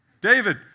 David